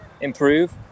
improve